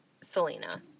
Selena